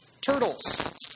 Turtles